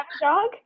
dog